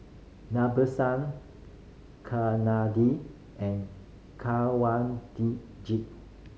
Nadesan and